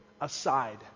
aside